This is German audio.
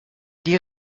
die